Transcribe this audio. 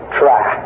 try